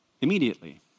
immediately